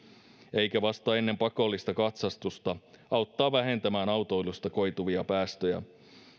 eikä vasta ennen pakollista katsastusta auttaa vähentämään autoilusta koituvia päästöjä